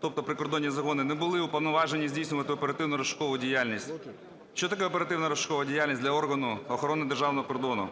тобто прикордонні загони, не були уповноважені здійснювати оперативно-розшукову діяльність. Що таке оперативно-розшукова діяльність для органу охорони державного кордону?